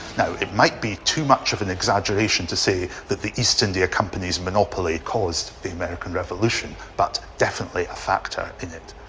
now, it might be too much of an exaggeration to say that the east india company's monopoly caused the american revolution, but definitely a factor in it.